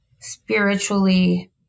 spiritually